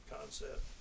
concept